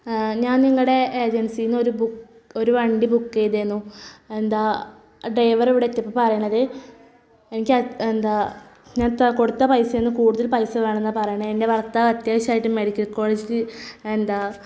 ഞാൻ നിങ്ങളുടെ ഏജൻസിയിൽനിന്ന് ഒരു വണ്ടി ബുക്ക് ചെയ്തിരുന്നു എന്താ ഡൈവറിവിടെ എത്തിയപ്പോൾ പറയുന്നത് എനിക്ക് എന്താ ഞാൻ കൊടുത്ത പൈസയൊന്നും കൂടുതൽ പൈസ വേണമെന്നാണ് പറയുന്നത് എൻ്റെ ഭർത്താവ് അത്യാവശ്യമായിട്ട് മെഡിക്കൽ കോളേജിൽ എന്താ